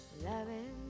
Loving